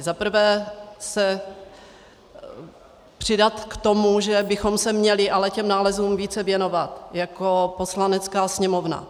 Za prvé se přidat k tomu, že bychom se měli ale těm nálezům více věnovat jako Poslanecká sněmovna.